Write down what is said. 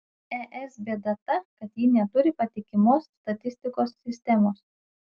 es bėda ta kad ji neturi patikimos statistikos sistemos